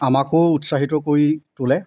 আমাকো উৎসাহিত কৰি তোলে